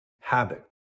habit